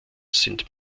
sind